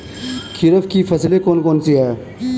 खरीफ की फसलें कौन कौन सी हैं?